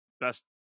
Best